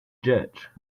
judge